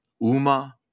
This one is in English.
Uma